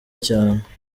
cyane